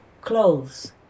clothes